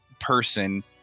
person